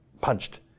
punched